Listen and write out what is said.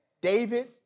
David